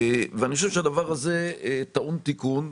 אני חושב שהדבר הזה טעון תיקון,